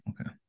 Okay